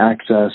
access